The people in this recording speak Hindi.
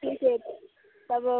ठीक है तब अब